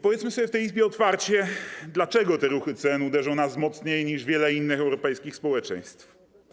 Powiedzmy sobie w tej Izbie otwarcie, dlaczego te ruchy cen uderzą w nas mocniej niż w wiele innych europejskich społeczeństw.